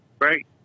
Right